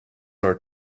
our